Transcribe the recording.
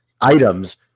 items